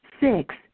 Six